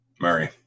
Murray